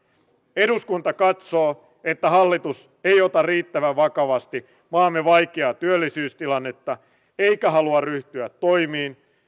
eduskunta katsoo että hallitus ei ota riittävän vakavasti maamme vaikeaa työllisyystilannetta eikä halua ryhtyä toimiin